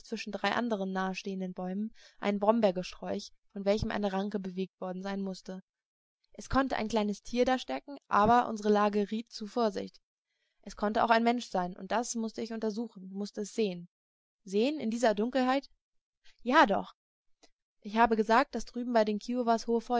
zwischen drei einander nahestehenden bäumen ein brombeergesträuch von welchem eine ranke bewegt worden sein mußte es konnte ein kleines tier da stecken aber unsere lage riet zur vorsicht es konnte auch ein mensch sein und das mußte ich untersuchen mußte es sehen sehen in dieser dunkelheit ja doch ich habe gesagt daß drüben bei den kiowas